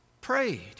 prayed